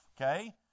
Okay